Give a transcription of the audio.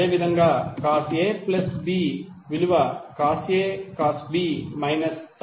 అదేవిధంగా cos A plus B విలువ cos A cos B minus sin A sin B